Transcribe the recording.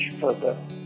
further